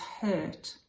hurt